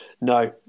No